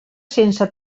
sense